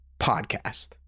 podcast